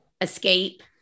escape